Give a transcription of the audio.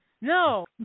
No